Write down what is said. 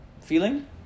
feeling